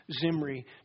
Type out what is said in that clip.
Zimri